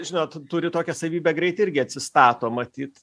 žinot turi tokią savybę greit irgi atsistato matyt